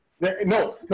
no